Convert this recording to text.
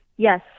Yes